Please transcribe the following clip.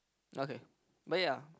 okay but ya